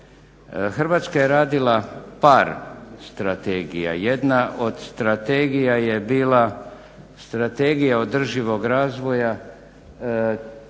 Hrvatska je radila par strategija. Jedna od strategija je bila Strategija održivog razvoja, čini